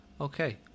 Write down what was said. Okay